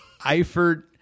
Eifert